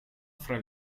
fra